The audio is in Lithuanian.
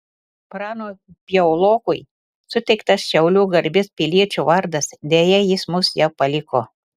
pranui piaulokui suteiktas šiaulių garbės piliečio vardas deja jis mus jau paliko